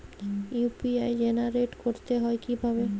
UPI generate করতে হয় কিভাবে?